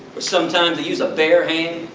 or sometimes they use a bare hand.